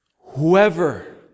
Whoever